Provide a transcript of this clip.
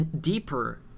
deeper